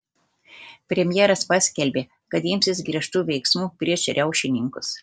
premjeras paskelbė kad imsis griežtų veiksmų prieš riaušininkus